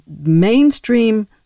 mainstream